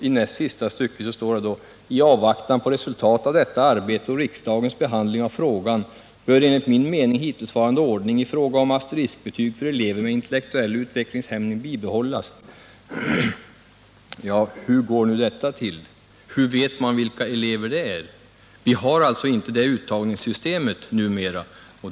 I näst sista stycket av svaret står det: ”I avvaktan på resultatet av detta arbete och riksdagens behandling av frågan bör enligt min mening hittillsva Hur går nu detta till? Hur vet man vilka elever det gäller? Vi har inte det uttagningssystemet numera.